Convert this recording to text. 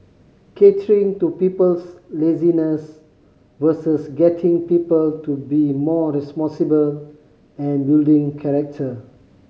catering to people's laziness versus getting people to be more responsible and building character